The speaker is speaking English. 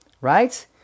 Right